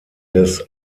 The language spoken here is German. des